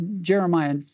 Jeremiah